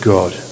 God